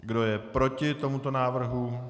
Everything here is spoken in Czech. Kdo je proti tomuto návrhu?